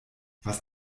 was